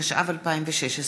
התשע"ו 2016,